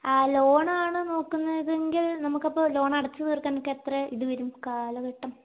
loan ആണ് നോക്കുന്നതെങ്കിൽ നമുക്കപ്പോൾ ലോൺ അടച്ച് തീർക്കാൻ ഒക്കെ എത്ര ഇത് വരും കാലഘട്ടം